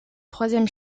troisième